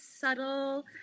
subtle